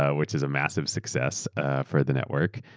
ah which is a massive success for the network,